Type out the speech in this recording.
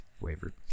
Wavered